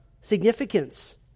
significance